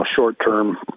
short-term